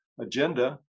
agenda